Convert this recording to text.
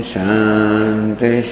Shanti